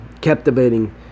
captivating